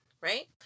right